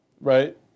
right